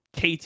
KT